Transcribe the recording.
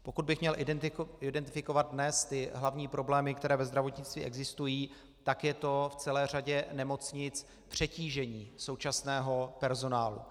Pokud bych měl identifikovat dnes hlavní problémy, které ve zdravotnictví existují, tak je to v celé řadě nemocnic přetížení současného personálu.